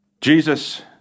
Jesus